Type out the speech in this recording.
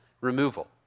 removal